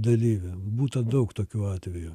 dalyvį būta daug tokių atvejų